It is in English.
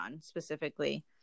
specifically